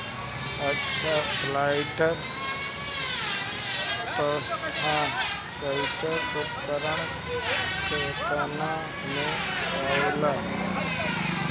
अच्छा प्लांटर तथा क्लटीवेटर उपकरण केतना में आवेला?